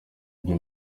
ibyo